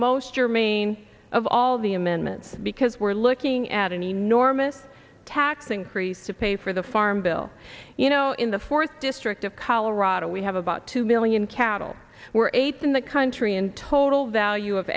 most germane of all the amendments because we're looking at an enormous tax increase to pay for the farm bill you know in the fourth district of colorado we have about two million cattle we're eighth in the country in total value of